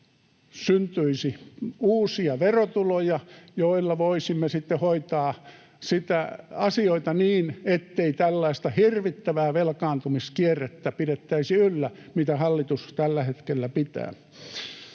syntyisi uusia verotuloja, joilla voisimme sitten hoitaa asioita niin, ettei tällaista hirvittävää velkaantumiskierrettä pidettäisi yllä, mitä hallitus tällä hetkellä pitää.